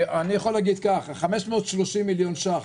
אני יכול להגיד כך: 530 מיליון ש"ח,